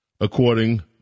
according